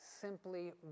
simply